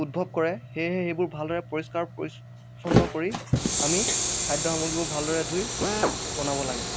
উদ্ভৱ কৰে সেয়েহে সেইবোৰ ভালদৰে পৰিষ্কাৰ পৰিচ্ছন্ন কৰি আমি খাদ্য সামগ্ৰীবোৰ ভালদৰে ধুই বনাব লাগে